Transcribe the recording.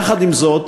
יחד עם זאת,